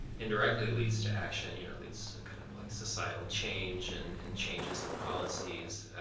indirectly leads to action, you know it leads to kind of like societal change and and changes in policies.